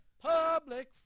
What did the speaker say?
Public